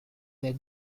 their